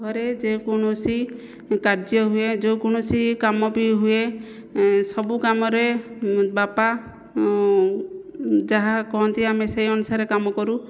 ଘରେ ଯେକୌଣସି କାର୍ଯ୍ୟ ହୁଏ ଯେକୌଣସି କାମ ବି ହୁଏ ସବୁ କାମରେ ବାପା ଯାହା କହନ୍ତି ଆମେ ସେହି ଅନୁସାରେ କାମ କରୁ